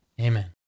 Amen